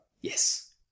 Yes